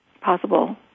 possible